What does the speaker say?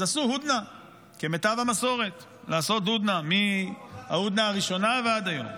אז עשו הודנה כמיטב המסורת לעשות הודנה מההודנה הראשונה ועד היום.